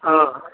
ఆ